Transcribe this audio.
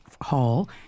Hall